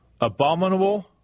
abominable